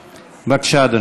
בבקשה, אדוני.